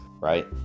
right